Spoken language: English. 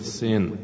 sin